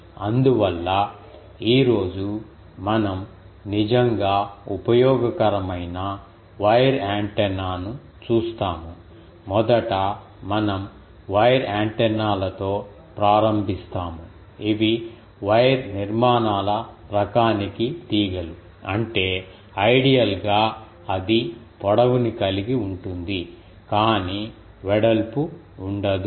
అందువల్ల ఈ రోజు మనం నిజంగా ఉపయోగకరమైన వైర్ యాంటెన్నాను చూస్తాము మొదట మనం వైర్ యాంటెన్నాలతో ప్రారంభిస్తాము ఇవి వైర్ నిర్మాణాల రకానికి తీగలు అంటే ఐడియల్ గా అది పొడవు ని కలిగి ఉంటుంది కానీ వెడల్పు ఉండదు